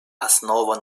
основа